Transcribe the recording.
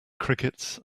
crickets